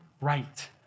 right